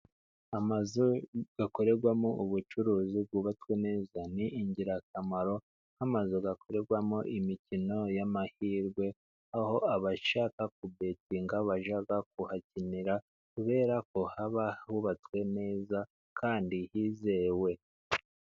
Amazu akorerwamo ubucuruzi yubatswe neza ni ingirakamaro. Amazu gukorerwamo imikino y'amahirwe, aho abashaka ku betinga bajya kuhakinira kubera ko haba hubatswe neza kandi hizewe.